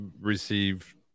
receive